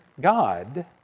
God